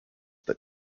that